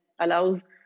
allows